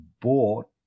bought